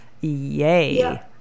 yay